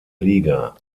liga